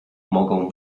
mogą